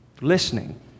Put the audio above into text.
listening